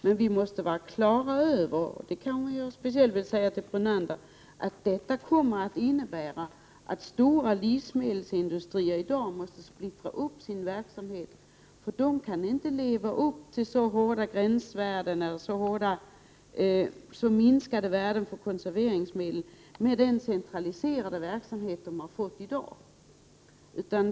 Men jag vill säga särskilt till Lennart Brunander att vi måste vara klara över att detta kommer att innebära att stora livsmedelsindustrier blir tvungna att splittra upp sin verksamhet, eftersom man med den centraliserade verksamhet man i dag har inte kan leva upp till kravet på så låga gränsvärden för konserveringsmedel.